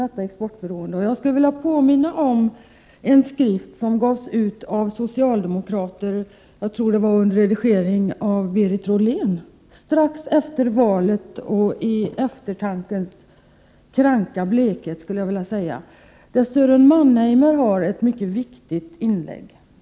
Jag skulle vilja påminna om en skrift som gavs ut av socialdemokraterna — jag tror det var under redigering av Berit Rollén — strax efter valet 1976, i eftertankens kranka blekhet, skulle jag vilja säga, där Sören Mannheimer har ett mycket viktigt inlägg.